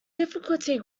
difficulty